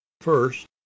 First